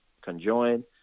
conjoined